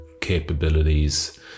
capabilities